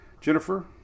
Jennifer